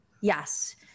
Yes